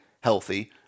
healthy